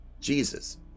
Jesus